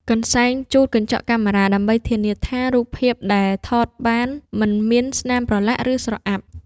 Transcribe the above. កន្សែងជូតកញ្ចក់កាមេរ៉ា ដើម្បីធានាថា រូបភាពដែលថតបានមិនមានស្នាមប្រឡាក់ ឬស្រអាប់។